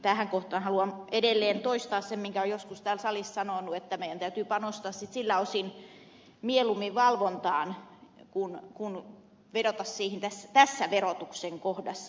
tähän kohtaan haluan edelleen toistaa sen minkä olen joskus täällä salissa sanonut että meidän täytyy panostaa sitten siltä osin mieluummin valvontaan kuin vedota siihen tässä verotuksen kohdassa